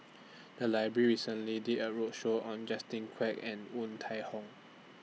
The Library recently did A roadshow on Justin Quek and Woon Tai Ho